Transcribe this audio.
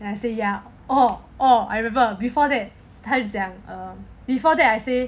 then I say ya oh oh I remember before that 他就讲 err before that I say